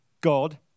God